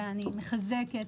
ואני מחזקת,